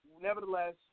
Nevertheless